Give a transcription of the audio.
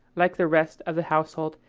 like the rest of the household,